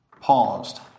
paused